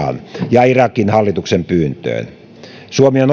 ja irakin hallituksen pyyntöön suomi